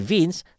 Vince